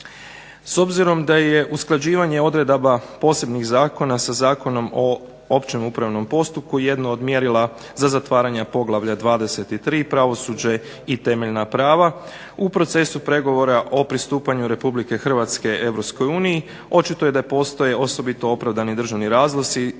S obzirom da je usklađivanje odredaba posebnih zakona sa Zakonom o općem upravnom postupku jedno od mjerila za zatvaranje Poglavlja 23. – Pravosuđe i temeljna prava u procesu pregovora o pristupanju Republike Hrvatske EU očito je da postoje osobito opravdani državni razlozi